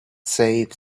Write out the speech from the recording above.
saved